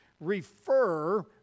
refer